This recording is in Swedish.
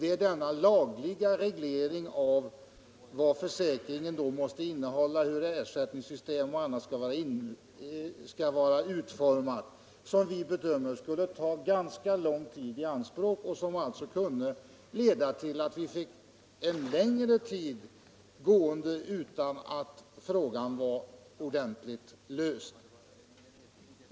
Det är den lagliga regleringen av vad försäkringen måste innehålla, av hur ersättningssystem och annat skall vara utformat, som vi bedömer skulle ta ganska lång tid i anspråk och som alltså skulle leda till att en längre tid förflöt utanatt vi fick frågan ordentligt löst.